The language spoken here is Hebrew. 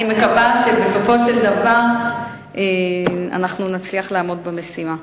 אני מקווה שבסופו של דבר אנחנו נצליח לעמוד במשימה.